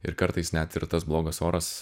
ir kartais net ir tas blogas oras